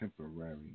temporary